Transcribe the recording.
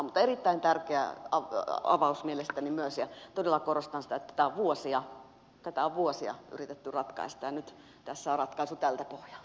mutta erittäin tärkeä avaus on mielestäni myös ja todella korostan sitä että tätä on vuosia yritetty ratkaista ja nyt tässä on ratkaisu tältä pohjalta